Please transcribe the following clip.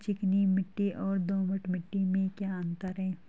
चिकनी मिट्टी और दोमट मिट्टी में क्या अंतर है?